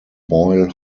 boyle